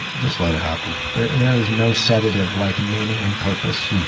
just let it happen. there there is no sedative like meaning and purpose.